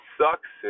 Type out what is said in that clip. sucks